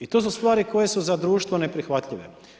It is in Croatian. I to su stvari koje su za društvo neprihvatljive.